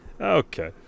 Okay